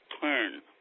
turn